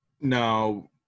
No